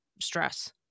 stress